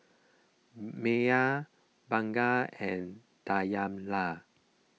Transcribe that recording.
Maya Bunga and Dayana